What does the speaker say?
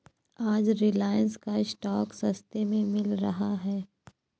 आज रिलायंस का स्टॉक सस्ते में मिल रहा है